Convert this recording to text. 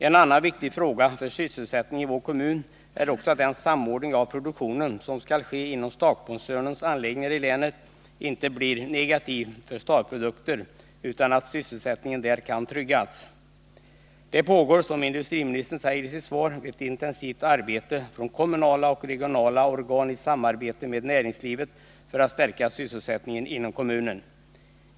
En annan viktig fråga för sysselsättningen i vår kommun är den samordning av produktionen som skall ske inom STAB-koncernens anläggningar i länet inte blir negativ för Starprodukter utan att sysselsättningen där kan tryggas. Det pågår, som industriministern säger i sitt svar, ett intensivt arbete inom kommunala och regionala organ i samarbete med näringslivet för att stärka sysselsättningen inom kommunen.